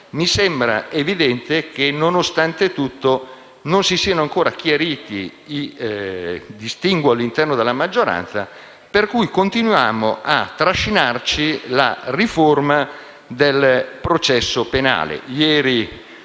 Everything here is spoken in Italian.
mi sembra evidente che, nonostante tutto, non si siano ancora chiariti i distinguo all'interno della maggioranza, per cui continuiamo a trascinarci la riforma del processo penale;